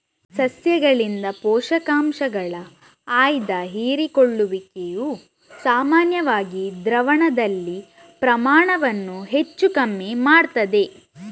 ಸಸ್ಯಗಳಿಂದ ಪೋಷಕಾಂಶಗಳ ಆಯ್ದ ಹೀರಿಕೊಳ್ಳುವಿಕೆಯು ಸಾಮಾನ್ಯವಾಗಿ ದ್ರಾವಣದಲ್ಲಿನ ಪ್ರಮಾಣವನ್ನ ಹೆಚ್ಚು ಕಮ್ಮಿ ಮಾಡ್ತದೆ